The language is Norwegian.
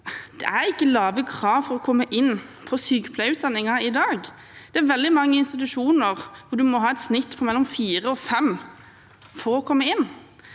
det er ikke lave krav for å komme inn på sykepleierutdanningen i dag. Det er veldig mange institusjoner hvor en må ha et snitt på mellom 4 og 5 for å komme inn,